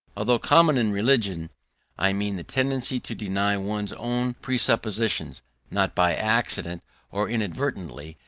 although common in religion i mean, the tendency to deny one's own presuppositions not by accident or inadvertently,